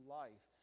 life